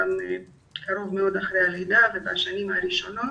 וגם קרוב מאוד לאחר הלידה ובשנים הראשונות.